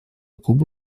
кубы